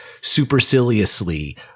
superciliously